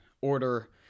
order